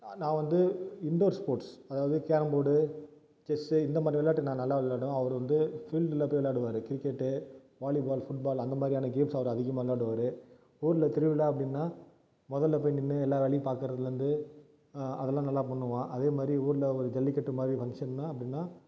நான் வந்து indoor sports அதாவது கேரம்போர்டு செஸ்ஸு இந்தமாதிரி விளையாட்டு நான் நல்லா விளையாடுவேன் அவர் வந்து ஃபீல்டில் போய் விளையாடுவாரு கிரிக்கெட்டு வாலிபால் ஃபுட்பால் அந்தமாதிரியான கேம்ஸ் அவர் அதிகமாக விளையாடுவார் ஊரில் திருவிழா அப்படின்னா முதல்ல போய் நின்று எல்லா வேலையும் பார்க்குறதுலேருந்து அதெல்லாம் நல்லா பண்ணுவான் அதேமாதிரி ஊரில் ஒரு ஜல்லிக்கட்டு மாதிரி ஃபங்க்ஷன்னா அப்படின்னா